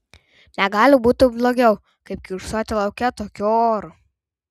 negali būti blogiau kaip kiurksoti lauke tokiu oru